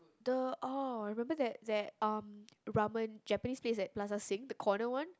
the orh remember that that um ramen Japanese place at Plaza-Sing the corner one